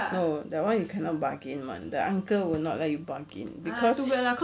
no that one you cannot bargain [one] the uncle will not let you bargain cause